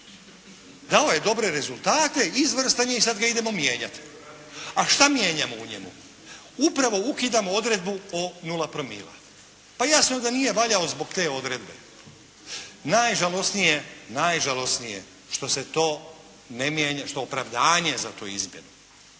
Dao je dobre rezultate, izvrstan je i sad ga idemo mijenjati. A šta mijenjamo u njemu? Upravo ukidamo odredbu o nula promila. Pa jasno da nije valjao zbog te odredbe. Najžalosnije je što se to, što opravdanje za tu izmjenu